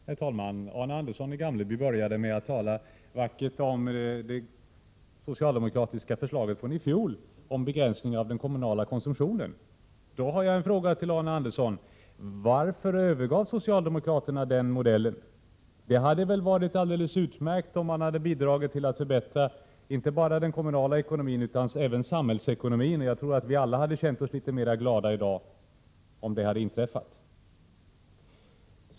Herr talman! Arne Andersson i Gamleby började med att tala vackert om det socialdemokratiska förslaget från i fjol om begränsning av den kommunala konsumtionen. Jag vill i detta sammanhang ställa en fråga till Arne Andersson. Varför övergav socialdemokraterna den modellen? Det hade väl varit alldeles utmärkt om de hade bidragit till att förbättra inte bara den kommunala ekonomin utan även samhällsekonomin. Jag tror att vi alla hade känt oss litet gladare i dag om det hade inträffat.